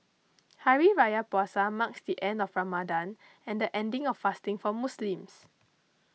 Hari Raya Puasa marks the end of Ramadan and the ending of fasting for Muslims